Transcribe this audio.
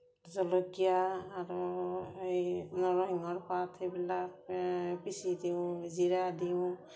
জলকীয়া আৰু এই নৰসিংহৰ পাত এইবিলাক পিচি দিওঁ জিৰা দিওঁ